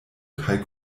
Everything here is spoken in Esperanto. kaj